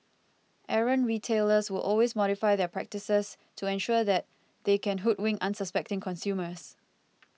errant retailers will always modify their practices to ensure that they can hoodwink unsuspecting consumers